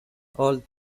old